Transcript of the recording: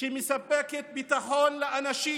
שמספקת ביטחון לאנשים.